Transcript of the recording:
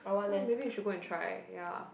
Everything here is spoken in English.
oh maybe you should go and try ya